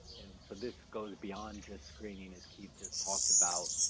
and so this goes beyond just screening, as keith just talked about,